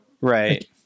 Right